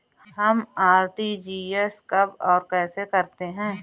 हम आर.टी.जी.एस कब और कैसे करते हैं?